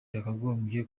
yakagombye